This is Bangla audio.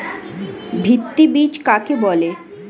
ভিত্তি বীজ কাকে বলে?